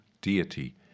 deity